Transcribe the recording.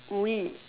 we